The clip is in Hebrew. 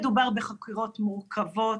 מדובר בחקירות מורכבות.